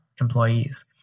employees